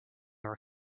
york